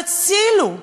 הצילו.